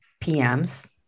PMs